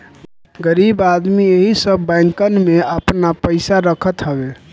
गरीब आदमी एही सब बैंकन में आपन पईसा रखत हवे